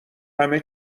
همه